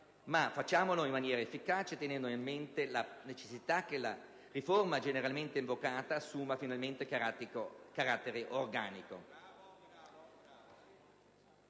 facciamolo in maniera efficace, tenendo in mente la necessità che la riforma generalmente invocata assuma finalmente carattere organico.